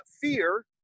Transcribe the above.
fear